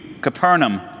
Capernaum